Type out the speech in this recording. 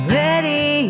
ready